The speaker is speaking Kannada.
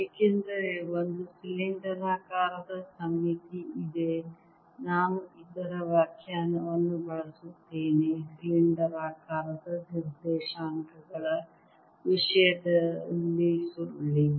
ಏಕೆಂದರೆ ಒಂದು ಸಿಲಿಂಡರಾಕಾರದ ಸಮ್ಮಿತಿ ಇದೆ ನಾನು ಇದರ ವ್ಯಾಖ್ಯಾನವನ್ನು ಬಳಸುತ್ತೇನೆ ಸಿಲಿಂಡರಾಕಾರದ ನಿರ್ದೇಶಾಂಕಗಳ ವಿಷಯದಲ್ಲಿ ಸುರುಳಿ